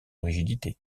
rigidité